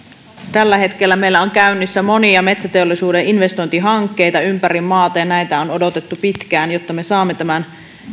tällä hetkellä meillä on käynnissä monia metsäteollisuuden investointihankkeita ympäri maata ja näitä on odotettu pitkään jotta me saamme